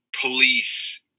police